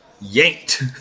yanked